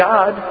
God